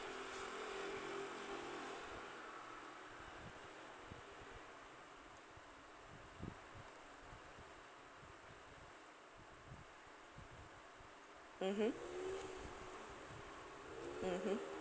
mmhmm mmhmm